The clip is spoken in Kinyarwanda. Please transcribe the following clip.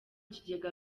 kigega